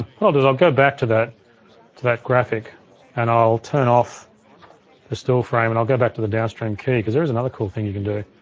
what i'll do is i'll go back to that to that graphic and i'll turn off the still frame and i'll go back to the downstream key cause there is another cool thing you can do.